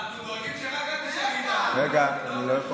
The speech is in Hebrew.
אנחנו דואגים שרק את תישארי, תודה רבה.